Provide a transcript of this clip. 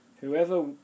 Whoever